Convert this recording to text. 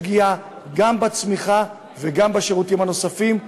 פגיעה גם בצמיחה וגם בשירותים הנוספים.